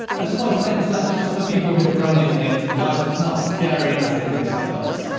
i just wanted to make this lecture just for people who are brand new to ableton live, so it's not as scary as ah initially looks.